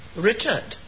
Richard